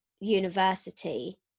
university